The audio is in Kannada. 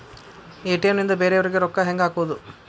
ಎ.ಟಿ.ಎಂ ನಿಂದ ಬೇರೆಯವರಿಗೆ ರೊಕ್ಕ ಹೆಂಗ್ ಹಾಕೋದು?